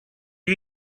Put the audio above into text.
you